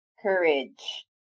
courage